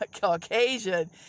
Caucasian